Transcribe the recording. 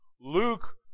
Luke